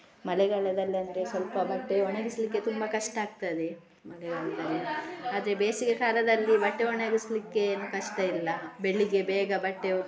ಮಳೆಗಾಳದಲ್ಲಿ ಅಂದರೆ ಸ್ವಲ್ಪ ಬಟ್ಟೆ ಒಣಗಿಸಲಿಕ್ಕೆ ತುಂಬ ಕಷ್ಟ ಆಗ್ತದೆ ಮಳೆಗಾಲದಲ್ಲಿ ಆದರೆ ಬೇಸಿಗೆಕಾಲದಲ್ಲಿ ಬಟ್ಟೆ ಒಣಗಿಸಲಿಕ್ಕೆ ಏನು ಕಷ್ಟ ಇಲ್ಲ ಬೆಳಿಗ್ಗೆ ಬೇಗ ಬಟ್ಟೆ